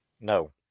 No